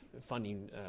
funding